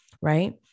Right